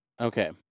okay